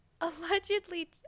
Allegedly